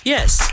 Yes